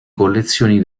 collezioni